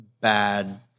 bad